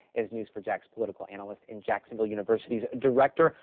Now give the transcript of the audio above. as news four jax political analyst in jacksonville university's director,